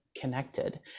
connected